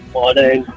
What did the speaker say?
morning